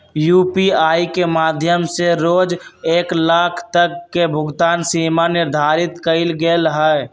UPI के माध्यम से रोज एक लाख तक के भुगतान सीमा निर्धारित कएल गेल हइ